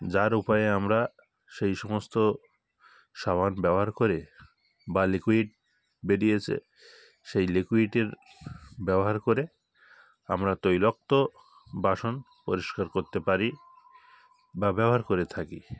যার উপায়ে আমরা সেই সমস্ত সাবান ব্যবহার করে বা লিকুইড বেরিয়েছে সেই লিকুইডের ব্যবহার করে আমরা তৈলাক্ত বাসন পরিষ্কার করতে পারি বা ব্যবহার করে থাকি